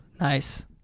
Nice